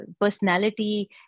personality